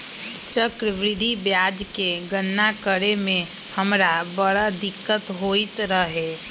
चक्रवृद्धि ब्याज के गणना करे में हमरा बड़ दिक्कत होइत रहै